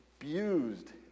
abused